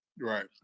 right